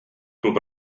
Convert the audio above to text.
klub